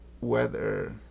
weather